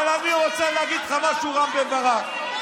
אבל אני רוצה להגיד לך משהו, רם בן ברק.